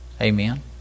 Amen